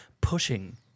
pushing